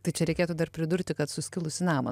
tai čia reikėtų dar pridurti kad suskilusį namą